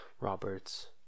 Robert's